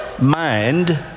mind